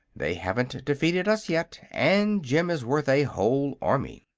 they haven't defeated us yet, and jim is worth a whole army.